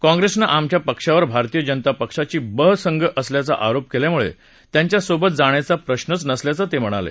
काँप्रेसनं आमच्या पक्षावर भारतीय जनता पक्षाचा ब संघ असल्याचा आरोप केल्यामुळे त्यांच्यासोबत जाण्याचा प्रश्च नसल्याचं ते म्हणाले